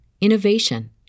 innovation